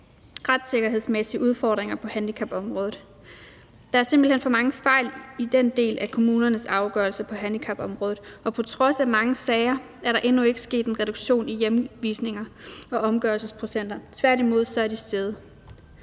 retssikkerhedsmæssige udfordringer på handicapområdet. Der er simpelt hen for mange fejl i den del af kommunernes afgørelser på handicapområdet. På trods af mange sager er der endnu ikke sket en reduktion i hjemvisninger og omgørelsesprocenter, tværtimod er de steget.